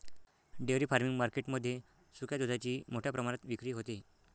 dairy farming market मध्ये सुक्या दुधाची मोठ्या प्रमाणात विक्री होते